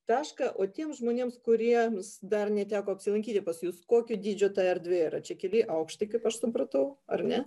tašką o tiems žmonėms kuriems dar neteko apsilankyti pas jus kokio dydžio ta erdvė yra čia keli aukšti kaip aš supratau ar ne